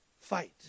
Fight